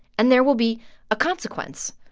and there will be a consequence.